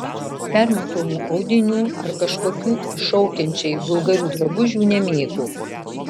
permatomų audinių ar kažkokių iššaukiančiai vulgarių drabužių nemėgo